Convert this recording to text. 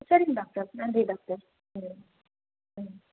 சரிங்க டாக்டர் நன்றி டாக்டர் ம் ம்